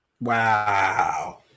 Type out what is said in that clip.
Wow